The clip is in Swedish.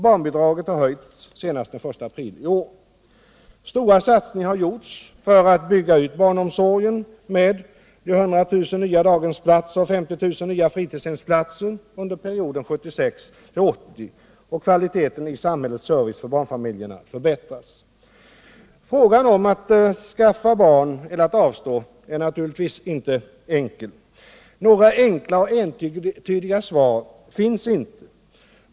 Barnbidraget har höjts senast den 1 april i år. Stora satsningar har gjorts för att bygga ut barnomsorgen med 100 000 nya daghemsplatser och 50 000 nya fritidshemsplatser under perioden 1976-1980. Kvaliteten i samhällets service för barnfamiljerna förbättras. Frågan om att skaffa barn eller att avstå är naturligtvis inte enkel. Några enkla och entydiga svar finns inte.